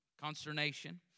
consternation